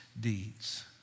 deeds